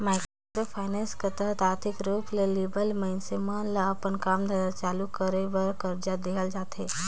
micro finance कर तहत आरथिक रूप ले लिबल मइनसे मन ल अपन काम धंधा चालू कर बर करजा देहल जाथे